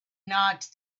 not